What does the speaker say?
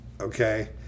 Okay